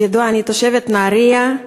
כידוע, אני תושבת נהרייה.